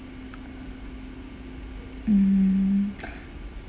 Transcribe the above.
mm